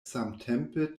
samtempe